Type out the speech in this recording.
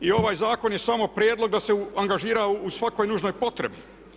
I ovaj zakon je samo prijedlog da se angažira u svakoj nužnoj potrebi.